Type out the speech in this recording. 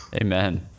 Amen